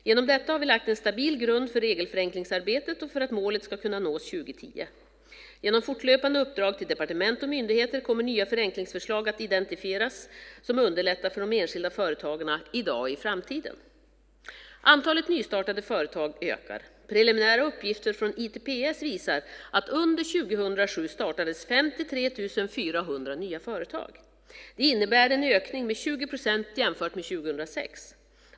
Genom detta har vi lagt en stabil grund för regelförenklingsarbetet och för att målet ska kunna nås 2010. Genom fortlöpande uppdrag till departement och myndigheter kommer nya förenklingsförslag att identifieras som underlättar för de enskilda företagarna, i dag och i framtiden. Antalet nystartade företag ökar. Preliminära uppgifter från ITPS visar att under 2007 startades 53 400 nya företag. Det innebär en ökning med 20 procent jämfört med 2006.